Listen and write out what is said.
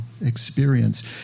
experience